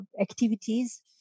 activities